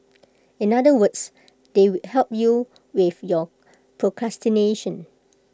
in other words they help you with your procrastination